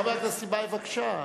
חבר הכנסת טיבייב, בבקשה.